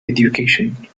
education